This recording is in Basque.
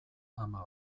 ama